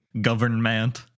government